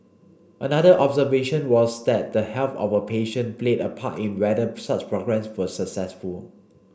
another observation was that the health of a patient played a part in whether such programmes were successful